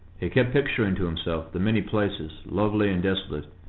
he kept picturing to himself the many places, lovely and desolate,